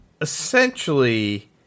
essentially